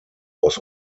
was